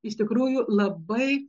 iš tikrųjų labai